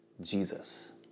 Jesus